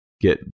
get